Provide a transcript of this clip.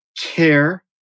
care